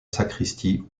sacristie